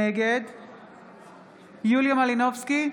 נגד יוליה מלינובסקי,